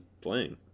playing